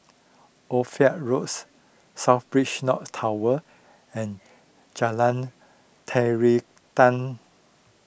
Ophir Roads South Beach North Tower and Jalan Terentang